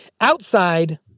Outside